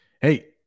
hey